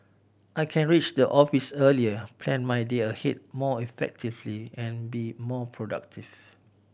I can reach the office earlier plan my day ahead more effectively and be more productive